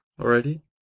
already